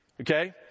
Okay